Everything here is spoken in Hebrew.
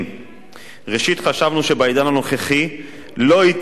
חשבנו שבעידן הנוכחי לא ייתכן שבמועצה